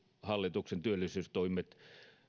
hallituksen työllisyystoimet